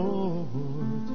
Lord